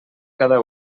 cada